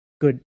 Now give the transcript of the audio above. good